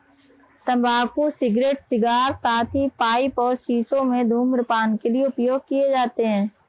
तंबाकू cigarette, cigar, साथ ही पाइप और शीशों में धूम्रपान के लिए उपयोग किए जाते हैं